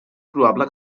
probable